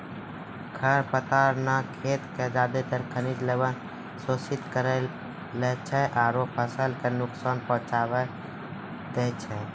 खर पतवार न खेत के ज्यादातर खनिज लवण शोषित करी लै छै आरो फसल कॅ नुकसान पहुँचाय दै छै